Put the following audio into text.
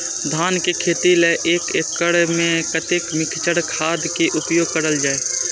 धान के खेती लय एक एकड़ में कते मिक्चर खाद के उपयोग करल जाय?